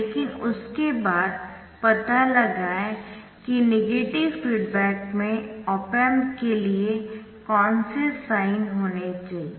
लेकिन उसके बाद पता लगाएं कि नेगेटिव फीडबैक में ऑप एम्प के लिए कौन से साइन होने चाहिए